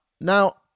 now